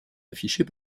affichés